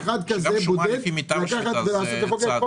השאלה אם ראוי ונכון בשביל אחד כזה בודד לקחת ולחוקק חוק.